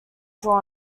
drawn